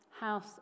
house